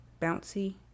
bouncy